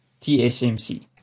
TSMC